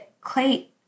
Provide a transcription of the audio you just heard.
Clay